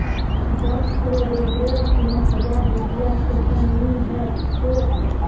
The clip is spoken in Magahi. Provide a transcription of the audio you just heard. दस किलो रबरेर कीमत हजार रूपए स कम नी ह तोक